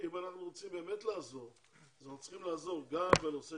-- אבל אם אנחנו רוצים באמת לעזור אז אנחנו צריכים לעזור גם בנושא